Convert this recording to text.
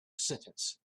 sentence